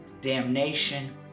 damnation